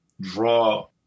draw